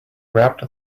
wrapped